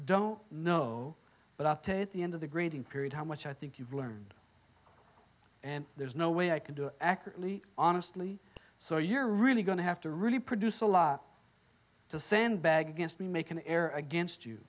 don't know but i'll take the end of the grading period how much i think you've learned and there's no way i can do it accurately honestly so you're really going to have to really produce a lot to sandbag against me make an error against you